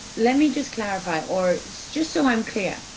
let me just clarify, or, just so i'm clear,